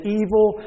evil